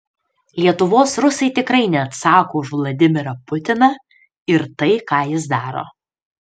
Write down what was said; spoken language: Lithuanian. lietuvos rusai tikrai neatsako už vladimirą putiną ir tai ką jis daro